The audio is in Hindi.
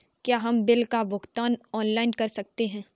क्या हम बिल का भुगतान ऑनलाइन कर सकते हैं?